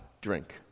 drink